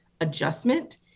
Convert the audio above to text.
adjustment